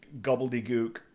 gobbledygook